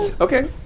Okay